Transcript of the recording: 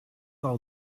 all